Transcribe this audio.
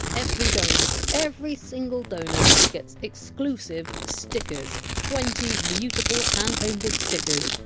every donor every single donor! gets exclusive stickers, twenty beautiful hand-painted stickers,